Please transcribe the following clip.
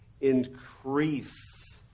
increase